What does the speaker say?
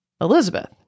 Elizabeth